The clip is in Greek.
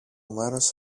μέρος